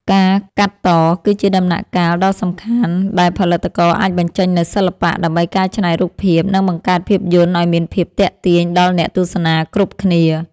ការកាត់តគឺជាដំណាក់កាលដ៏សំខាន់ដែលផលិតករអាចបញ្ចេញនូវសិល្បៈ ដើម្បីកែច្នៃរូបភាព និង បង្កើតភាពយន្តឱ្យមានភាពទាក់ទាញដល់អ្នកទស្សនាគ្រប់គ្នា។